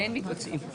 אין מקבצים.